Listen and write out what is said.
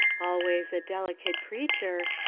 always a delicate creature,